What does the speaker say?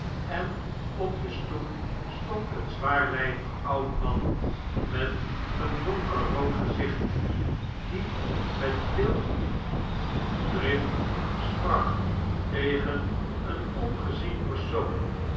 en op de stoep stond een zwaarlijvig oud man met een donkerrood gezicht die met veel drift sprak tegen een ongezien persoon